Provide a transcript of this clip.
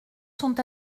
sont